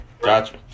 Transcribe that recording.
Gotcha